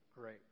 great